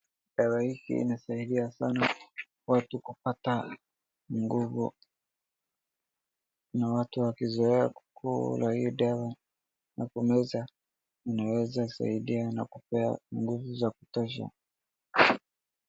Dawa hii inasaidia sana watu kupata nguvu na watu wakizoea kukula hii dawa na kumeza inaweza saidia na kupea nguvu za kutosha.